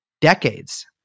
decades